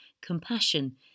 compassion